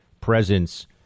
presence